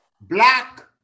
Black